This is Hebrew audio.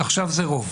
עכשיו זה רוב.